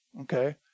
okay